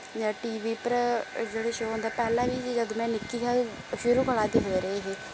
T V पर जेह्ड़े show होंदे पैह्लें बी जदूं में निक्की ही उदूं शुरू कोला दिक्खदी रेह् हे